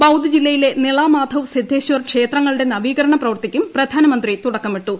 ബൌദ് ജില്ലയിലെ നിള മാധവ് സിദ്ദേശ്വർ ക്ഷേത്രങ്ങളുടെ നവീകരണ പ്രവൃത്തിയ്ക്കും പ്രധാനമന്ത്രി തുടക്കമിട്ടു